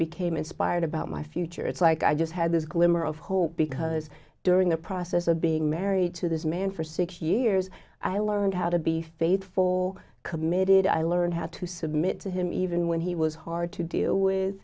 became inspired about my future it's like i just had this glimmer of hope because during the process of being married to this man for six years i learned how to be faithful committed i learned how to submit to him even when he was hard to deal with